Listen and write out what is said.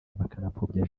bakanapfobya